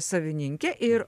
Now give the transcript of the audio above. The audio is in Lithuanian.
savininkė ir